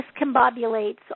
discombobulates